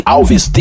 Alves